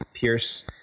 pierce